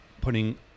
putting